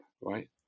right